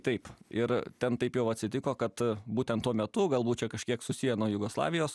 taip ir ten taip jau atsitiko kad būtent tuo metu galbūt čia kažkiek susiję nuo jugoslavijos